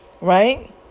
right